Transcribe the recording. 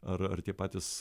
ar ar tie patys